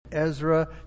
Ezra